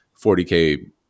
40k